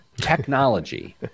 technology